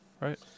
right